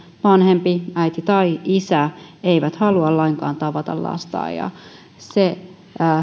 vanhempi äiti tai isä ei halua lainkaan tavata lastaan se